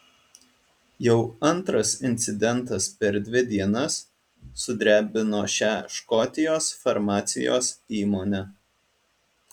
jau antras incidentas per dvi dienas sudrebino šią škotijos farmacijos įmonę